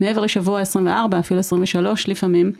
מעבר לשבוע עשרים וארבע אפילו עשרים ושלוש לפעמים.